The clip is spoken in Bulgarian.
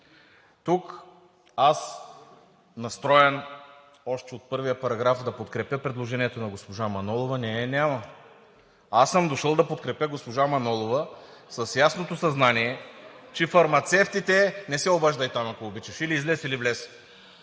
Тук аз, настроен още от първия параграф да подкрепя предложението на госпожа Манолова – нея я няма. Аз съм дошъл да подкрепя госпожа Манолова с ясното съзнание, че фармацевтите… (Реплики отдясно.) Не се обаждай там, ако обичаш, или излез, или влез.